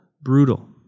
brutal